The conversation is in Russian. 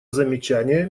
замечания